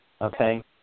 Okay